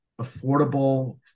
affordable